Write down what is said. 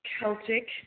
Celtic